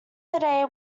today